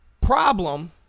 problem